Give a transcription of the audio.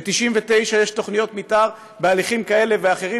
ל-99 יש תוכניות מתאר בהליכים כאלה ואחרים,